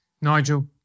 Nigel